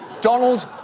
donald,